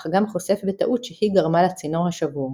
אך גם חושף בטעות שהיא גרמה לצינור השבור.